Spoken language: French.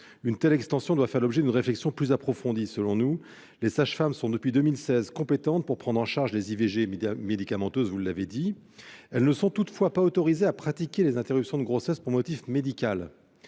une telle extension doit, selon nous, faire l'objet d'une réflexion plus approfondie. Si les sages-femmes sont, depuis 2016, compétentes pour prendre en charge les IVG médicamenteuses, comme vous le souligniez, elles ne sont toutefois pas autorisées à pratiquer les interruptions de grossesse pour motif médical,